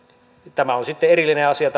tämä numero kaksi on sitten erillinen asia